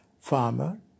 farmer